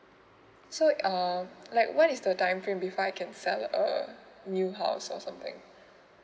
so um like what is the time frame if I can uh new house or something